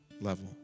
level